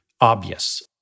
obvious